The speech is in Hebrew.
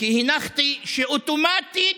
כי הנחתי שאוטומטית